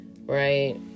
right